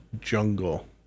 jungle